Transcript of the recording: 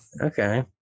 Okay